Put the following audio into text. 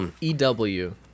E-W